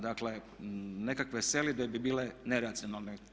Dakle nekakve selidbe bi bile neracionalne.